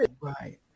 Right